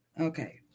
Okay